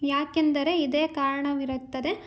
ಯಾಕೆಂದರೆ ಇದೇ ಕಾರಣವಿರುತ್ತದೆ